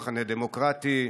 המחנה הדמוקרטי,